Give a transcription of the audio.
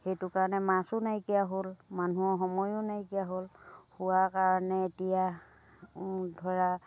সেইটো কাৰণে মাছো নাইকীয়া হ'ল মানুহৰ সময়ো নাইকীয়া হ'ল খোৱাৰ কাৰণে এতিয়া ধৰা